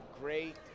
great